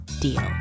Deal